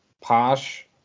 Posh